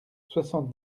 soixante